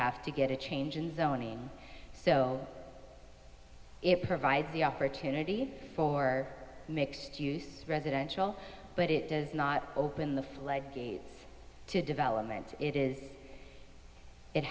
have to get a change and so it provides the opportunity for mixed use residential but it does not open the floodgates to development it is it